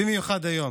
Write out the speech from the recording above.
במיוחד היום.